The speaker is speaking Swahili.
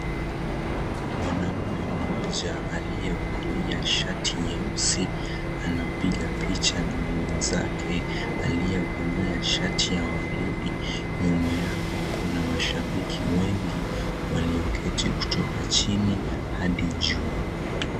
Mwanaume mmoja aliyevalia shati nyeusi anapiga picha na mwenzake aliyevalia shati ya waridi. Nyuma yao kuna mashabiki wengi walioketi kutoka chini hadi juu.